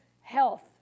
health